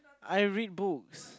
I read books